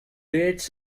dates